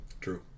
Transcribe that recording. True